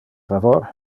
favor